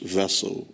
vessel